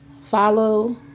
Follow